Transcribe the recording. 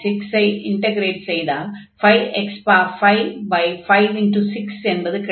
5 x46 ஐ integrate செய்தால் 5 x55×6 என்பது கிடைக்கும்